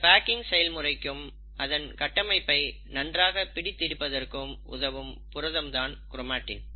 இந்த பேக்கிங் செயல்முறைக்கும் அதன் கட்டமைப்பை நன்றாக பிடித்து இருப்பதற்கும் உதவும் புரதம் தான் க்ரோமாட்டின்